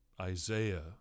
Isaiah